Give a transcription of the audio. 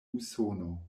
usono